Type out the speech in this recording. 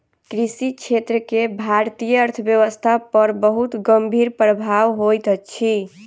कृषि क्षेत्र के भारतीय अर्थव्यवस्था पर बहुत गंभीर प्रभाव होइत अछि